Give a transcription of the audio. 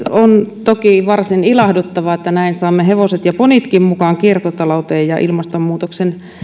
on toki varsin ilahduttavaa että näin saamme hevoset ja ponitkin mukaan kiertotalouteen ja ilmastonmuutoksen